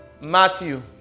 Matthew